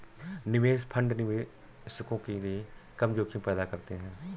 निवेश फंड निवेशकों के लिए कम जोखिम पैदा करते हैं